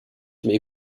may